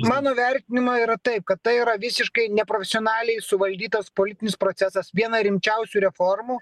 mano vertinimu yra taip kad tai yra visiškai neprofesionaliai suvaldytas politinis procesas viena rimčiausių reformų